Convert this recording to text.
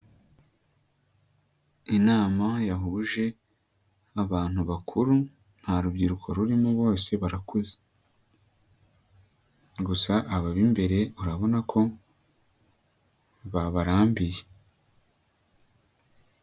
Inama yhuje abantu bakuru nta rubyiruko rurimo bose barakuze, gusa aba b'imbere urabona ko babambiye.